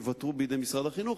ייוותרו במשרד החינוך.